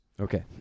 okay